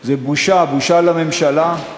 זה בושה, בושה לממשלה,